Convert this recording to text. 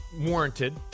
warranted